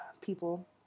people